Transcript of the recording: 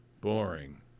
boring